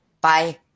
Bye